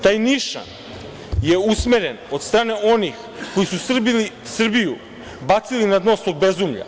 Taj nišan je usmeren od strane onih koji su Srbiju bacili na dno svog bezumlja.